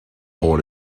board